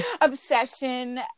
obsession